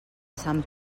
sant